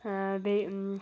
بیٚیہِ